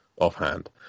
offhand